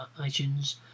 iTunes